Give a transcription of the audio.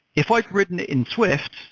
if i've written in swift,